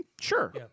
Sure